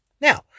Now